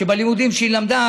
שבלימודים שהיא למדה,